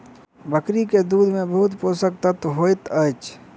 बकरी के दूध में बहुत पोषक तत्व होइत अछि